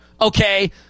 okay